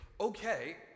Okay